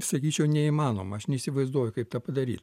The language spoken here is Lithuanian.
sakyčiau neįmanoma aš neįsivaizduoju kaip tą padaryt